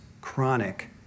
chronic